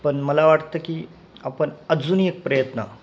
पण मला वाटतं की आपण अजूनही एक प्रयत्न